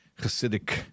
hasidic